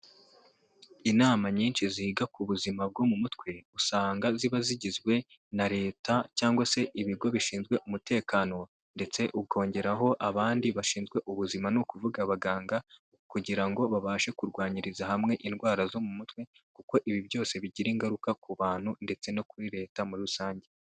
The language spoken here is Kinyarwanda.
Inama nyinshi ziga ku buzima bwo mu mutwe, usanga ziba zigizwe na Leta cyangwa se ibigo bishinzwe umutekano ndetse ukongeraho abandi bashinzwe ubuzima ni kuvuga abaganga kugira ngo babashe kurwanyiriza hamwe indwara zo mu mutwe, kuko ibi byose bigira ingaruka ku bantu ndetse no kuri Leta muri rusange.